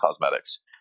cosmetics